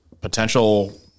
potential